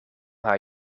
haar